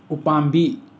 ꯎꯄꯥꯝꯕꯤ